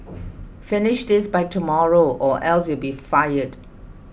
finish this by tomorrow or else you'll be fired